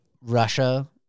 Russia